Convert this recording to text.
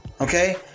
okay